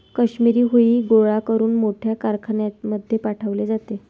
काश्मिरी हुई गोळा करून मोठ्या कारखान्यांमध्ये पाठवले जाते